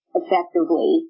effectively